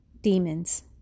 demons